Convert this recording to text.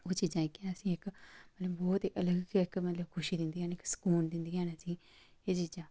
ओह् चीज़ां जेह्कियां असेंगी इक मतलब बहुत अलग गै मतलब इक खुशी दिंदियां न इक सकून दिंदियां न असेंगी एह् चीज़ां